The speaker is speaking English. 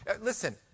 listen